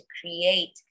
create